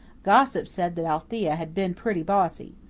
gossip said that althea had been pretty bossy.